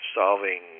solving